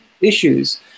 issues